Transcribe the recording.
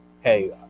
hey